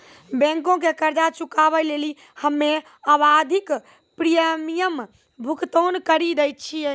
बैंको के कर्जा चुकाबै लेली हम्मे आवधिक प्रीमियम भुगतान करि दै छिये